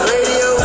Radio